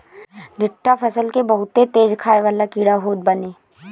टिड्डा फसल के बहुते तेज खाए वाला कीड़ा होत बाने